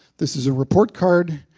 this is a report card.